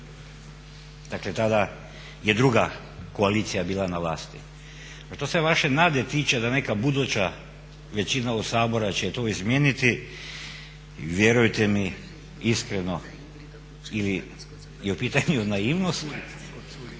Dakle, tada je druga koalicija bila na vlasti. A što se vaše nade tiče da neka buduća većina Sabora će to izmijeniti vjerujte mi iskreno ili je u pitanju naivnost,